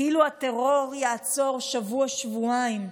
כאילו שהטרור יעצור שבוע-שבועיים.